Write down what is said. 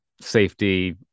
safety